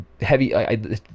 heavy –